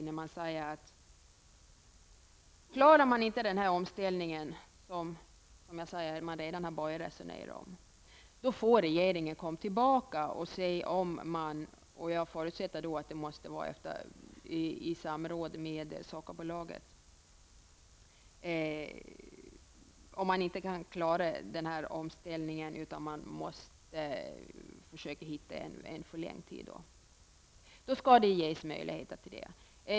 Utskottet säger att om man inte klarar den omställning som man redan har börjat resonera om, får regeringen komma tillbaka -- jag förutsätter att det måste ske i samråd med Sockerbolaget -- och avgöra om en förlängning av omställningstiden behövs.